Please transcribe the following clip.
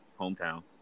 hometown